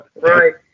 Right